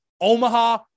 Omaha